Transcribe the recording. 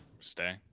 Stay